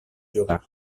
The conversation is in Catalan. jugar